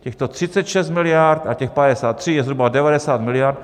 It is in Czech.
Těchto 36 miliard a těch 53 je zhruba 90 miliard.